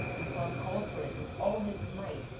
lupin called for it with all his might,